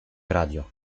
radio